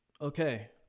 Okay